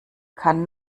kann